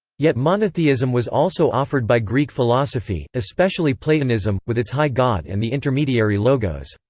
yet monotheism was also offered by greek philosophy, especially platonism, with its high god and the intermediary logos.